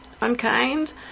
unkind